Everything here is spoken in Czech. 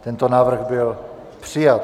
Tento návrh byl přijat.